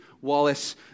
Wallace